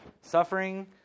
Suffering